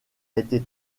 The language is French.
été